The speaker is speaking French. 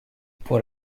pour